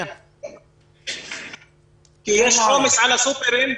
כי יש עומס על הסופרים,